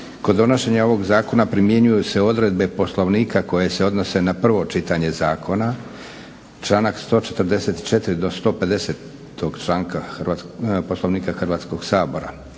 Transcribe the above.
Kod donošenja ovog zakona primjenjuju se odredbe Poslovnika koje se odnose na prvo čitanje zakona, članak 144. do 150. Poslovnika Hrvatskog sabora.